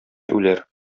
үләр